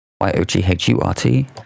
y-o-g-h-u-r-t